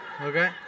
Okay